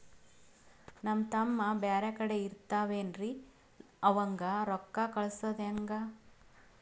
ನಮ್ ತಮ್ಮ ಬ್ಯಾರೆ ಕಡೆ ಇರತಾವೇನ್ರಿ ಅವಂಗ ರೋಕ್ಕ ಕಳಸದ ಹೆಂಗ?